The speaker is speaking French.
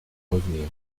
revenir